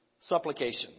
Supplication